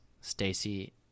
Stacy